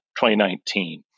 2019